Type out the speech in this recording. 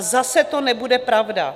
A zase to nebude pravda.